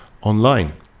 online